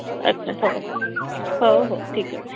ଆଚ୍ଛା ହଉ ହଉ ହଉ ଠିକ୍ ଅଛି